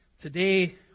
Today